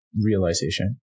realization